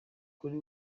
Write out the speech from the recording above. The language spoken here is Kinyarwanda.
kuri